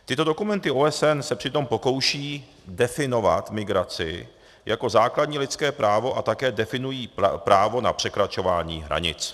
Tyto dokumenty OSN se přitom pokoušejí definovat migraci jako základní lidské právo a také definují právo na překračování hranic.